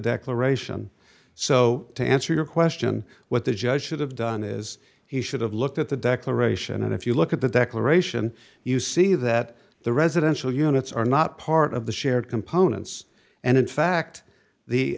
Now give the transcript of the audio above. declaration so to answer your question what the judge should have done is he should have looked at the declaration and if you look at the declaration you see that the residential units are not part of the shared components and in fact the